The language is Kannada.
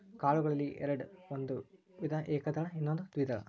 ಕಾಳುಗಳಲ್ಲಿ ಎರ್ಡ್ ಒಂದು ವಿಧ ಏಕದಳ ಇನ್ನೊಂದು ದ್ವೇದಳ